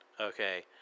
okay